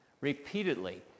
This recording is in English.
repeatedly